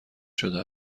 شده